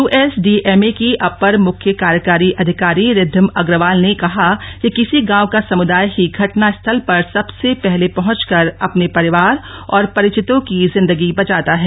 USDMA की अपर मुख्य कार्यकारी अधिकारी रिद्विम अग्रवाल ने ने कहा कि किसी गांव का समुदाय ही घटना स्थल पर सबसे पहले पहुंचकर अपने परिवार और परिचतों की जिन्दगी बचाता है